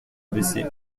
bessée